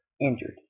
injured